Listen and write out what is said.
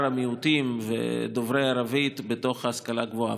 המיעוטים ודוברי הערבית בהשכלה הגבוהה,